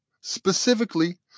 specifically